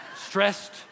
stressed